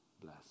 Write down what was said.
bless